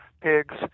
pigs